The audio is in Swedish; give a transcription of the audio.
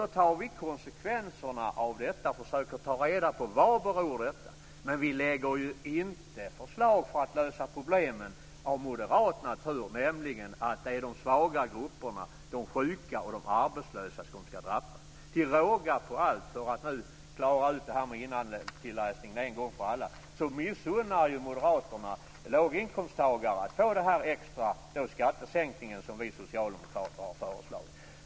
Vi tar konsekvenserna av detta och försöker ta reda på vad det beror på, men vi lägger inte fram förslag av moderat natur för att lösa problemen, dvs. att det är de svaga grupperna, de sjuka och de arbetslösa, som ska drabbas. Till råga på allt - för att nu reda ut detta med innantilläsningen en gång för alla - missunnar Moderaterna låginkomsttagarna att få den extra skattesänkning som vi socialdemokrater har föreslagit.